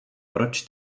proč